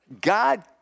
God